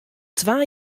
twa